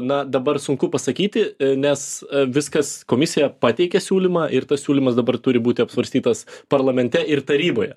na dabar sunku pasakyti nes viskas komisija pateikė siūlymą ir tas siūlymas dabar turi būti apsvarstytas parlamente ir taryboje